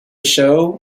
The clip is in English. show